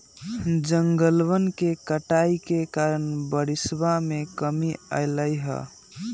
जंगलवन के कटाई के कारण बारिशवा में कमी अयलय है